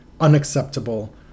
unacceptable